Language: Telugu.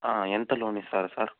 ఎంత లోన్ ఇస్తారు సార్